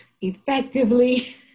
effectively